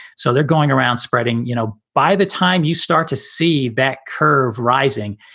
so they're going around spreading. you know, by the time you start to see that curve rising,